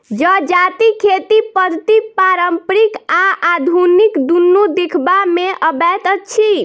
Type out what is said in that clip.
जजातिक खेती पद्धति पारंपरिक आ आधुनिक दुनू देखबा मे अबैत अछि